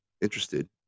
interested